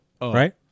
Right